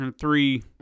Three